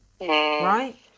Right